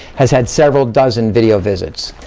has had several dozen video visits.